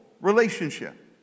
relationship